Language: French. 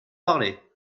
parler